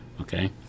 okay